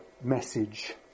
message